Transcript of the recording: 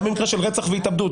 גם במקרה של רצח והתאבדות,